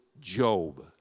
Job